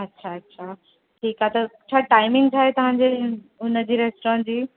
अच्छा अच्छा ठीकु आहे त छा टाइमिंग छा आहे तव्हांजे इन उनजे रेस्टोरेंट जी